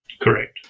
Correct